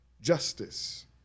justice